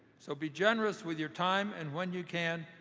so be generous with your time and when you can,